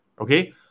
Okay